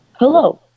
Hello